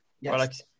Yes